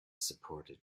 supported